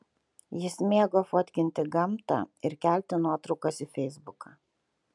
jis mėgo fotkinti gamtą ir kelti nuotraukas į feisbuką